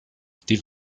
die